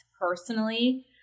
personally